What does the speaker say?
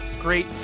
great